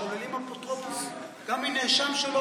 שוללים אפוטרופסות גם מנאשם שלא